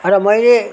र मैले